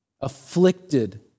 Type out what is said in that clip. afflicted